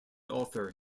author